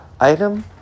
item